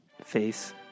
face